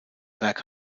werk